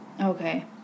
Okay